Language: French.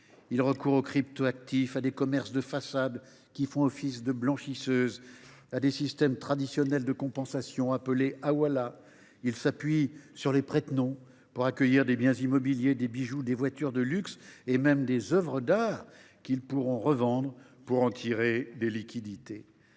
Ils recourent aux crypto actifs, à des commerces de façade qui font office de blanchisseuses, à des systèmes traditionnels de compensation appelés. Ils s’appuient sur des prête noms pour acquérir des biens immobiliers, des bijoux, des voitures de luxe et même des œuvres d’art qu’ils pourront revendre pour en tirer des liquidités.